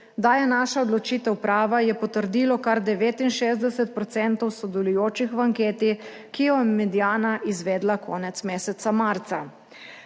Da je naša odločitev prava je potrdilo kar 69 % sodelujočih v anketi, ki jo je Mediana izvedla konec meseca marca.